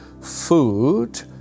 Food